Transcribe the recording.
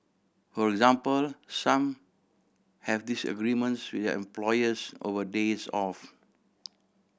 for example some have disagreements with their employers over days off